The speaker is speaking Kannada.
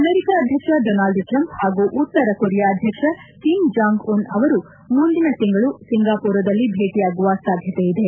ಅಮೆರಿಕ ಅಧ್ಯಕ್ಷ ಡೊನಾಲ್ಡ್ ಟ್ರಂಪ್ ಹಾಗೂ ಉತ್ತರ ಕೊರಿಯಾ ಅಧ್ಯಕ್ಷ ಕಿಮ್ ಜಾಂಗ್ ಉನ್ ಅವರು ಮುಂದಿನ ತಿಂಗಳು ಸಿಂಗಪೂರದಲ್ಲಿ ಭೇಟಿಯಾಗುವ ಸಾಧ್ಯತೆ ಇದೆ